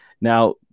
Now